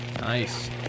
Nice